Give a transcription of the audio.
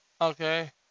okay